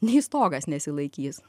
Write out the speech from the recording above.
nei stogas nesilaikys